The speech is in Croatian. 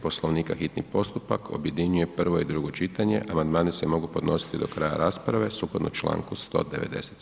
Poslovnika hitni postupak objedinjuje prvo i drugo čitanje, amandmani se mogu podnositi do kraja rasprave sukladno Članku 197.